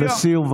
לסיום,